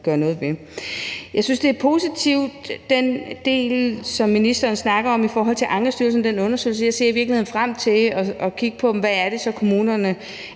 gøre noget ved. Jeg synes, den del, som ministeren snakker om i forhold til Ankestyrelsen, er positiv, og jeg ser i virkeligheden frem til at kigge på, hvad det så er